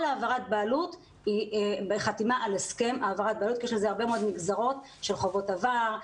כל העברת בעלות בחתימה על הסכם יש לזה הרבה מאוד נגזרות של חובות עבר,